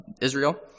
Israel